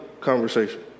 conversation